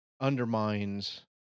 undermines